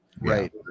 Right